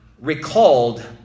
recalled